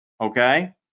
okay